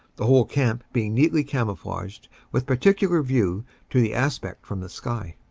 the whole camp being neatly camouflaged with particular view to the aspect from the sky.